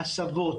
הסבות,